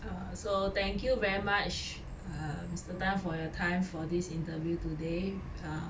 err so thank you very much um mr tan for your time for this interview today err